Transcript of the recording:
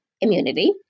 immunity